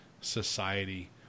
society